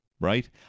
right